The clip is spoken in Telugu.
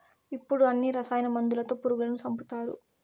ఇప్పుడు అన్ని రసాయన మందులతో పురుగులను సంపుతారు